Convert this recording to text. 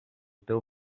teu